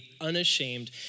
unashamed